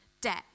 debt